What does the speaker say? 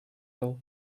all